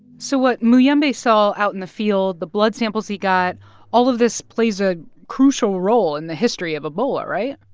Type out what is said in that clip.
so what muyembe saw out in the field the blood samples he got all of this plays a crucial role in the history of ebola, right?